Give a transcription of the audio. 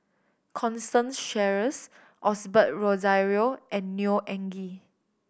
Constance Sheares Osbert Rozario and Neo Anngee